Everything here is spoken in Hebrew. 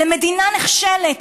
למדינה נחשלת,